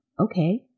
Okay